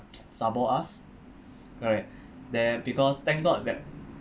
sabo us correct then because thank god that